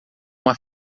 uma